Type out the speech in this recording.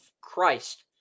Christ –